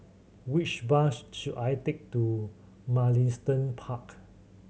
which bus should I take to Mugliston Park